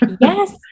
Yes